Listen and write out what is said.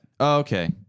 Okay